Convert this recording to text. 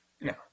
No